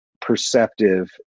perceptive